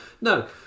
no